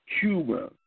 Cuba